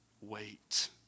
Wait